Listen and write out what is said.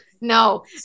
No